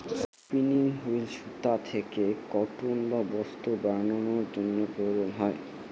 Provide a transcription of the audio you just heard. spinning wheel সুতা থেকে cotton বা বস্ত্র বানানোর জন্য প্রয়োজন হয়